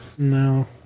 No